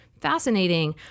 fascinating